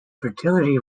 fertility